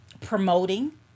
promoting